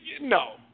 No